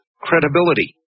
credibility